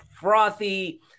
frothy